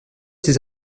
ses